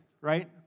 right